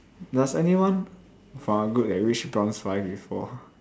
does anyone !wah! good eh you reach bronze five before